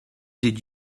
did